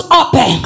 open